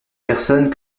personnes